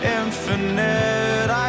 infinite